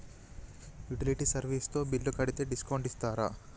Utility service తో bill కడితే discount ఇస్తరా?